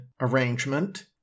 arrangement